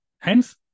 Hence